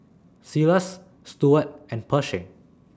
Silas Stuart and Pershing